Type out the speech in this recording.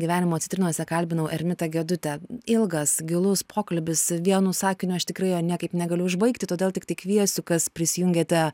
gyvenimo citrinose kalbinau ermitą gedutę ilgas gilus pokalbis vienu sakiniu aš tikrai jo niekaip negaliu užbaigti todėl tiktai kviesiu kas prisijungėte